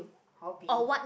hobby